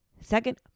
second